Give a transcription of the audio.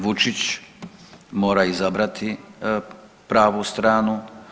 Vučić mora izabrati pravu stranu.